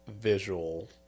visual